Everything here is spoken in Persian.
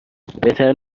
بهتر